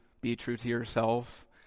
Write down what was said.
be-true-to-yourself